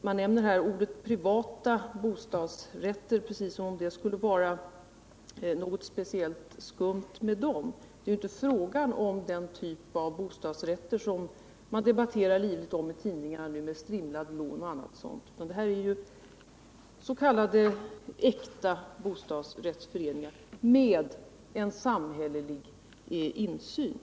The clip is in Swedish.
Man nämner här begreppet privata bostadsrätter som om det skulle vara något skumt med sådana. Det är ju inte fråga om den typ av bostadsrätter som man nu livligt debatterar i tidningarna, med strimlade lån osv., utan det är fråga om s.k. äkta bostadsföreningar med en samhällelig insyn.